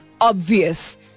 obvious